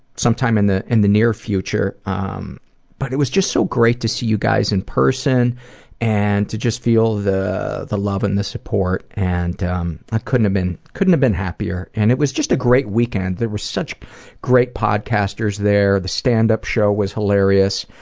some time in the in the near future um but it was just so great to see you guys in person and to just feel the the love and the support and um i couldn't have been happier and it was just a great weekend. there was such great podcasters there, the standup show was hilarious,